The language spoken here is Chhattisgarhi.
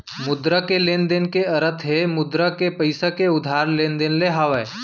मुद्रा के लेन देन के अरथ हे मुद्रा के पइसा के उधार लेन देन ले हावय